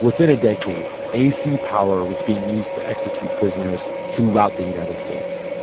within a decade, ac power was being used to execute prisoners throughout the united states.